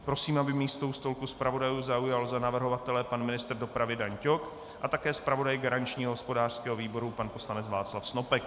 Prosím, aby místo u stolku zpravodajů zaujal za navrhovatele pan ministr dopravy Dan Ťok a také zpravodaj garančního hospodářského výboru pan poslanec Václav Snopek.